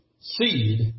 seed